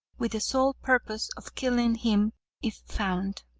with the sole purpose of killing him if found.